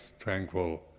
tranquil